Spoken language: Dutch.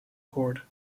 geworden